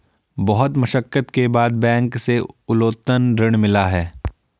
बहुत मशक्कत के बाद बैंक से उत्तोलन ऋण मिला है